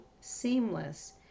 seamless